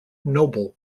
noble